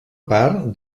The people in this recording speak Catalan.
part